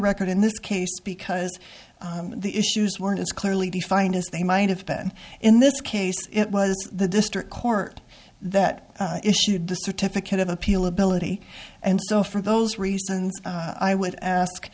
record in this case because the issues weren't as clearly defined as they might have been in this case it was the district court that issued the certificate of appeal ability and so for those reasons i would ask